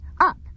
up